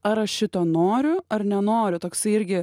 ar aš šito noriu ar nenoriu toksai irgi